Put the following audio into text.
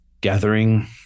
gathering